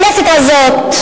הכנסת הזאת,